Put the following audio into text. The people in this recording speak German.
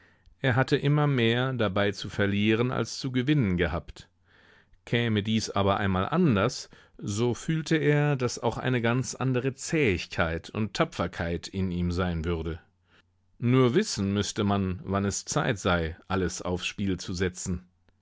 er hatte immer mehr dabei zu verlieren als zu gewinnen gehabt käme dies aber einmal anders so fühlte er daß auch eine ganz andere zähigkeit und tapferkeit in ihm sein würde nur wissen müßte man wann es zeit sei alles aufs spiel zu setzen